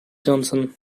johnson